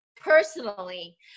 personally